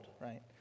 right